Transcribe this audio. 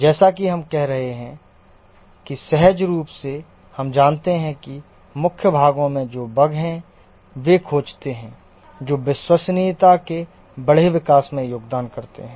जैसा कि हम कह रहे हैं कि सहज रूप से हम जानते हैं कि मुख्य भाग में जो बग हैं वे खोजते हैं जो विश्वसनीयता के बड़े विकास में योगदान करते हैं